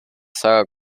saga